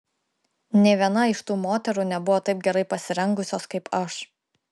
nė viena iš tų moterų nebuvo taip gerai pasirengusios kaip aš